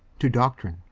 to doctrine.